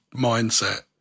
mindset